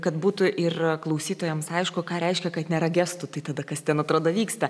kad būtų ir klausytojams aišku ką reiškia kad nėra gestų tai tada kas ten atrodo vyksta